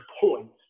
points